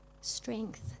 strength